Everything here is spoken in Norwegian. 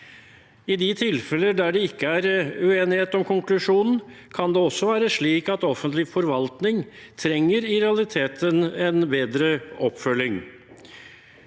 i de tilfeller der det ikke er uenighet om konklusjonen, kan det være slik at offentlig forvaltning i realiteten trenger en bedre oppfølging.